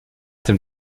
dem